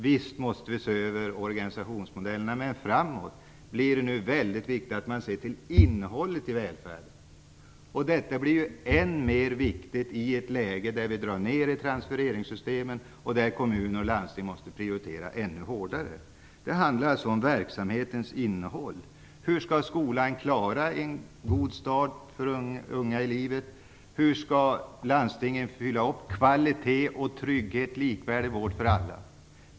Visst måste vi se över organisationsmodellerna, men i framtiden är det viktigt att man ser till innehållet i välfärden. Det blir än mer viktigt i ett läge då vi drar ner i transfereringssystemen och kommuner och landsting måste prioritera ännu hårdare. Det handlar alltså om verksamhetens innehåll. Hur skall skolan klara av att ge de unga en god start i livet? Hur skall landstingen leva upp till kraven på kvalitet, trygghet och likvärdig vård för alla?